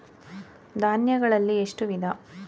ಧಾನ್ಯಗಳಲ್ಲಿ ಎಷ್ಟು ವಿಧ?